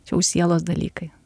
jau sielos dalykai